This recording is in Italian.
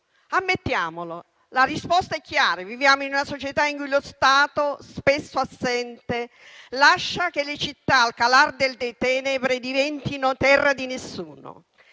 Ammettiamolo, la risposta è chiara: viviamo in una società in cui lo Stato, spesso assente, lascia che le città, al calar delle tenebre, diventino terra di nessuno.